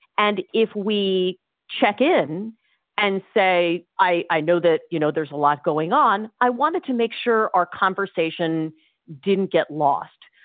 and if we check in and say, i i know that you know there's a lot going on, i wanted to make sure our conversation didn't get lost.